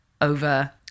over